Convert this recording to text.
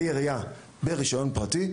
כלי ירייה ברישיון פרטי,